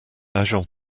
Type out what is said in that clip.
agents